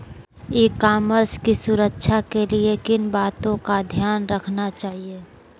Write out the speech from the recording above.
ई commerce की सुरक्षा के लिए किन बातों का ध्यान रखना चाहिए?